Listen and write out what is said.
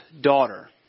daughter